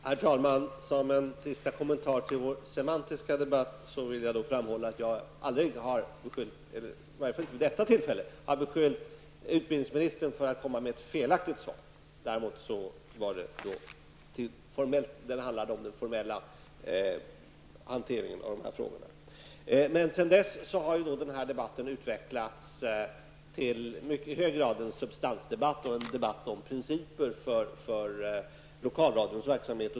Herr talman! Som en sista kommentar till vår semantiska debatt vill jag framhålla att jag i varje fall inte vid detta tillfälle har beskyllt utbildningsministern för att komma med ett felaktigt svar. Det handlade om den formella hanteringen av de här frågorna. Sedan dess har den här debatten i mycket hög grad utvecklats till en substansdebatt och en debatt om principer för lokalradions verksamhet.